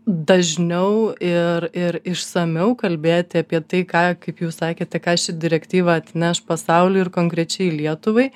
dažniau ir ir išsamiau kalbėti apie tai ką kaip jūs sakėte ką ši direktyva atneš pasauliui ir konkrečiai lietuvai